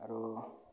আৰু